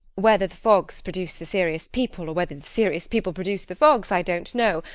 whether the fogs produce the serious people or whether the serious people produce the fogs, i don't know,